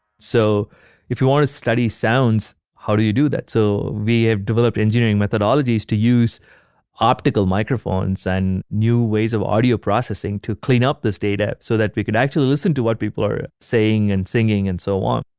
so if you want to study sounds, how do you do that? so we have developed engineering methodologies to use optical microphones and new ways of audio processing to clean up this data so that we can actually listen to what people are saying, and singing, and so on